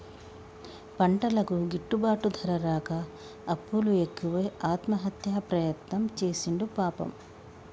పంటలకు గిట్టుబాటు ధర రాక అప్పులు ఎక్కువై ఆత్మహత్య ప్రయత్నం చేసిండు పాపం